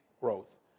growth